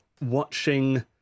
watching